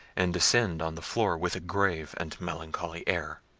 and descend on the floor with a grave and melancholy air.